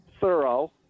thorough